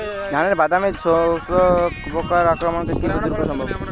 ধানের বাদামি শোষক পোকার আক্রমণকে কিভাবে দূরে করা সম্ভব?